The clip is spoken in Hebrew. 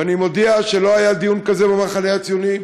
ואני מודיע שלא היה דיון כזה במחנה הציוני,